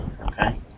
Okay